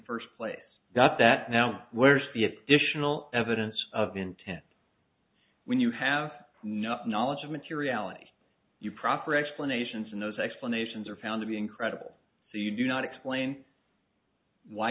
first place got that now where's the additional evidence of intent when you have no knowledge of materiality you proper explanations and those explanations are found to be incredible so you do not explain why